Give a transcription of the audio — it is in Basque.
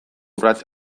urrats